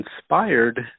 inspired